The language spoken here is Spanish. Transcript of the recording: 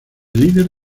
líder